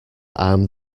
arm